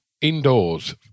indoors